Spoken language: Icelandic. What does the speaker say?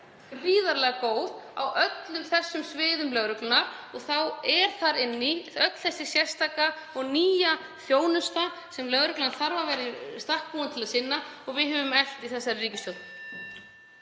gríðarlega góð á öllum þessum sviðum löggæslunnar og þá er þar inni öll þessi sérstaka og nýja þjónusta sem lögreglan þarf að vera í stakk búin til að sinna og við höfum eflt í þessari ríkisstjórn.